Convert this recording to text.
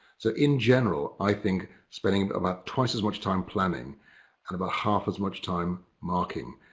so in general, i think spending about twice as much time planning and about half as much time marking.